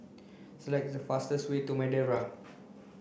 select the fastest way to Madeira